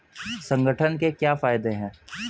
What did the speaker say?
संगठन के क्या फायदें हैं?